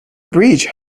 bridge